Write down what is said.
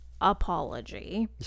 apology